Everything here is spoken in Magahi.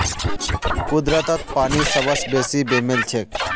कुदरतत पानी सबस बेसी बेमेल छेक